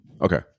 Okay